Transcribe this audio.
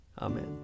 Amen